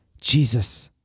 Jesus